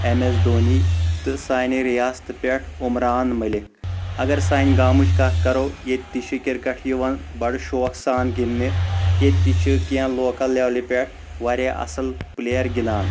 M S Dhoni تہٕ سانہِ رِیاستہٕ پٮ۪ٹھ عُمرا ن مٔلک اَگر سانہِ گامٕچ کَتھ کَرو ییٚتہِ تہِ چھُ کِرکَٹ یِوان بَڑٕ شوق سان گنٛدنہٕ ییٚتہِ تہِ چھٕ کیٚنٛہہ لوکل لیولہِ پٮ۪ٹھ واریاہ اَصٕل پٕلیر گنٛدان